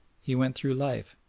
he went through life,